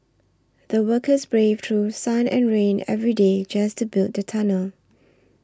the workers braved through sun and rain every day just to build the tunnel